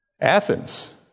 Athens